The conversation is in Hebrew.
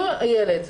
אם הילד,